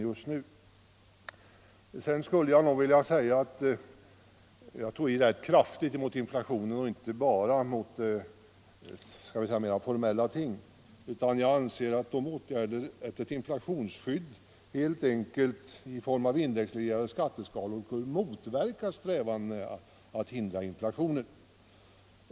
Jag tog i rätt kraftigt när jag talade om inflationen och då inte bara mot mera formella ting. Jag anser helt enkelt att ett inflationsskydd, i form av indexreglerade skatteskalor, skulle motverka strävandena att hindra inflationen.